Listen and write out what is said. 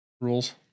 Rules